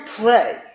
pray